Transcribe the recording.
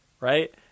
right